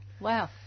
Wow